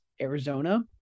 Arizona